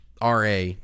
RA